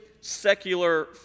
secular